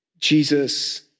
Jesus